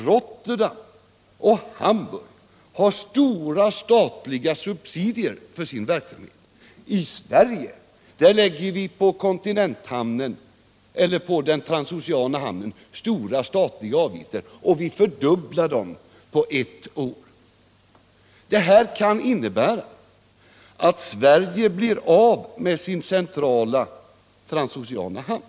Rotterdam och Hamburg har stora statliga subsidier för sin verksamhet, men i Sverige lägger vi stora statliga avgifter på den transoceana hamnen, och vi fördubblar dem på ett år. Det kan innebära att Sverige blir av med den centrala transoceana trafiken.